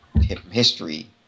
history